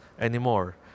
anymore